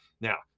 Now